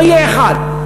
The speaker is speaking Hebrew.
לא יהיה אחד,